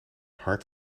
hart